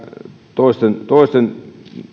toisten toisten